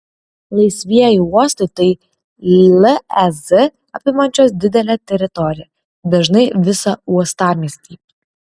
laisvieji uostai tai lez apimančios didelę teritoriją dažnai visą uostamiestį